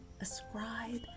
Ascribe